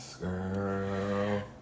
Girl